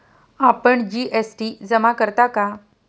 आपण जी.एस.टी जमा करता का?